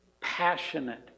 passionate